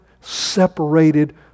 separated